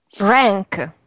Rank